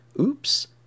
Oops